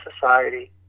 society